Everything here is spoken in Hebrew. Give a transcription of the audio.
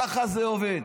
ככה זה עובד.